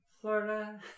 Florida